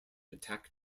attack